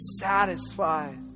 satisfied